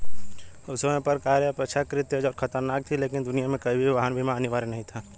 उस समय कारें अपेक्षाकृत तेज और खतरनाक थीं, लेकिन दुनिया में कहीं भी वाहन बीमा अनिवार्य नहीं था